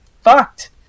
fucked